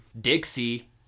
Dixie